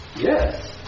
Yes